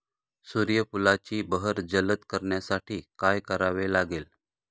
सूर्यफुलाची बहर जलद करण्यासाठी काय करावे लागेल?